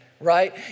right